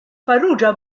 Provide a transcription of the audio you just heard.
farrugia